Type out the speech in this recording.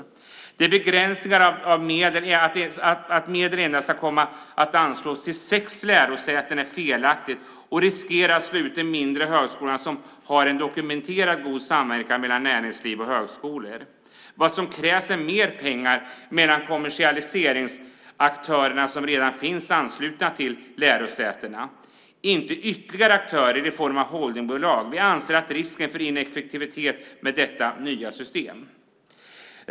Vi anser att begränsningen att medel endast kommer att anslås till sex lärosäten är felaktig och riskerar att slå ut de mindre högskolorna, som har en dokumenterat god samverkan mellan näringsliv och högskolor. Vad som krävs är mer pengar mellan de kommersialiseringsaktörer som redan finns anslutna till lärosätena, inte ytterligare aktörer i form av holdingbolag. Vi anser att det finns risk för ineffektivitet med detta nya system.